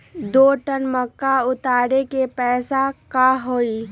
दो टन मक्का उतारे के पैसा का होई?